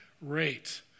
rate